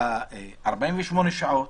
48 שעות